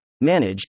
manage